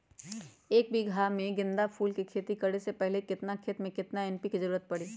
एक बीघा में गेंदा फूल के खेती करे से पहले केतना खेत में केतना एन.पी.के के जरूरत परी?